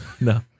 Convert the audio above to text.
no